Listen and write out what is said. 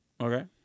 Okay